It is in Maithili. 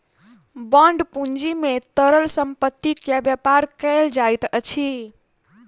बांड पूंजी में तरल संपत्ति के व्यापार कयल जाइत अछि